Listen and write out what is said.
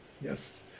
yes